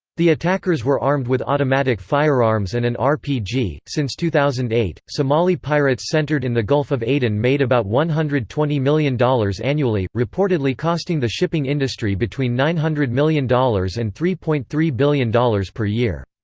the attackers were armed with automatic firearms and an rpg since two thousand and eight, somali pirates centered in the gulf of aden made about one hundred and twenty million dollars annually, reportedly costing the shipping industry between nine hundred million dollars and three point three billion dollars per year.